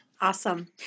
Awesome